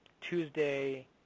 Tuesday